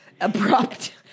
abrupt